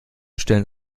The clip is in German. stillen